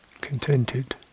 Contented